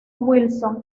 wilson